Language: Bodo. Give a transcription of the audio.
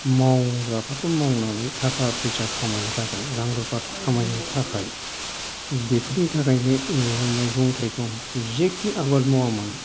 मावग्राफ्राथ' मावनानै थाखा फैसा रां रुपा खामायनो थाखाय बेफोरनि थाखायनो मैगं थाइगं जेखि आबाद मावा मानो